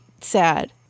sad